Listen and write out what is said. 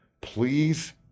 please